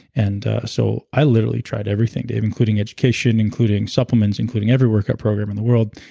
and so i literally tried everything, dave, including education, including supplements, including every workout program in the world.